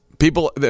people